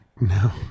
no